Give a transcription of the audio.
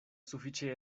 sufiĉe